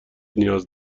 نیاز